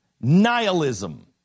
nihilism